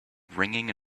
ringing